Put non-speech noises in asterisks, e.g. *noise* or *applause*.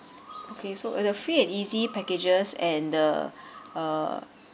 okay so the free and easy packages and the *breath* uh